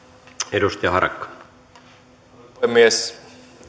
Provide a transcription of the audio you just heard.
arvoisa puhemies